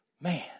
Man